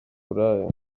buraya